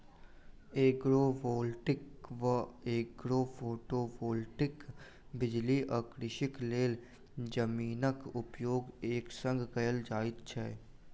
agrovoltaic वा agrophotovoltaic बिजली आ कृषिक लेल जमीनक उपयोग एक संग कयल जाइत छै